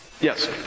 Yes